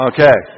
Okay